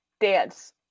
dance